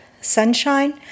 sunshine